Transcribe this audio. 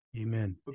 Amen